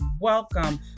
welcome